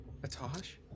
Atosh